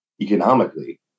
economically